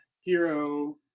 hero